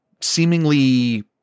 seemingly